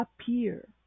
appear